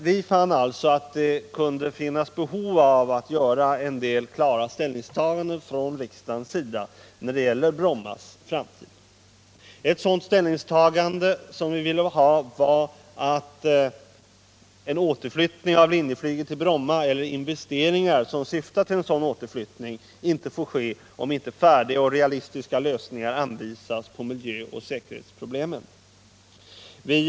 Vi fann alltså att det fanns behov av att göra en del klara ställningstaganden från riksdagens sida när det gäller Brommas framtid. Ett sådant ställningstagande var att en återflyttning av linjeflyget till Bromma eller investeringar som syftar till en sådan återflyttning inte får ske utan att färdiga och realistiska lösningar för miljöoch säkerhetsproblemen redovisas.